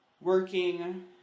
working